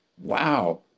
wow